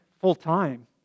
full-time